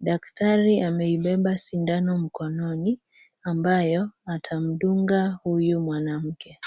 daktari ameibeba sindano mkononi ambayo atamdunga huyu mwanamke.